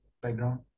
background